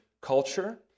culture